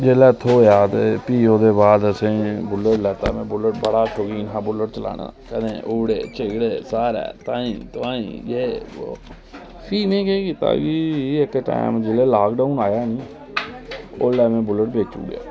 जिसलै थ्होइया फ्ही ओह्दे बाद बुल्लट लैता ते बड़ा शौकीन हा में बुल्लट चलाने दा कदें उवडे़ चिगडे़ ताहीं तुआहीं सारें फ्ही में केह् कीता कि जिसलै लॉकडाउन आया फ्ही में बुल्लट बेची ओड़ेआ